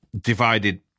divided